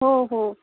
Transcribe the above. हो हो